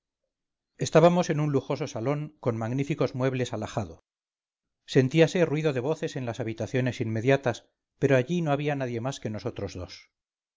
estábamos en un lujoso salón con magníficos muebles alhajado sentíase ruido de voces en las habitaciones inmediatas pero allí no había nadie más que nosotros dos